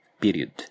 period